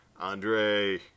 Andre